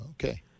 Okay